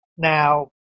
now